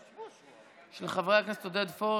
מס' 2563,